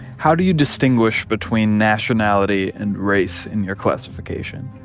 how do you distinguish between nationality and race in your classification?